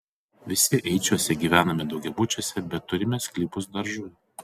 visi eičiuose gyvename daugiabučiuose bet turime sklypus daržui